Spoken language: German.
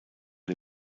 der